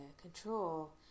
control